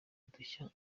udushya